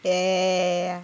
ya ya ya ya ya